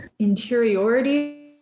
interiority